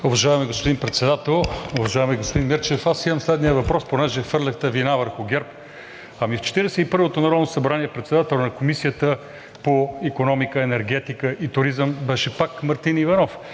Уважаеми господин Председател, уважаеми господин Мирчев! Аз имам следния въпрос, понеже хвърляхте вина върху ГЕРБ. Ами в Четиридесет и първото народно събрание председател на Комисията по икономика, енергетика и туризъм беше пак Мартин Димитров.